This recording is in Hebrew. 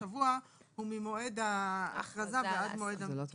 אבל הכוונה היא לזמן בין מועד ההכרזה למועד המינוי,